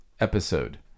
episode